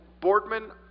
Boardman